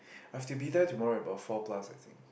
I have to be there tomorrow at about four plus I think